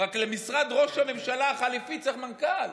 רק למשרד ראש הממשלה החליפי צריך מנכ"ל.